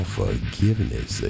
forgiveness